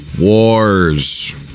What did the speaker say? wars